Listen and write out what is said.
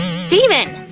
steven!